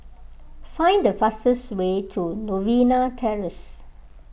find the fastest way to Novena Terrace